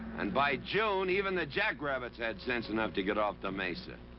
and by june, even the jackrabbits had sense enough to get off the mesa.